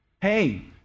Hey